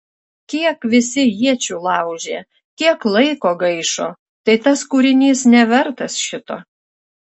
kiek visi iečių laužė kiek laiko gaišo tai tas kūrinys nevertas šito